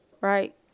Right